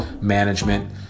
management